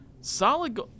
Solid